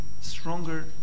stronger